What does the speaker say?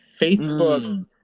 Facebook